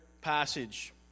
passage